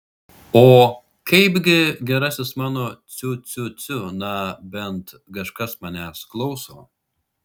o kaipgi gerasis mano ciu ciu ciu na bent kažkas manęs klauso